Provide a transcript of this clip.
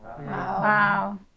Wow